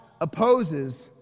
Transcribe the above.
opposes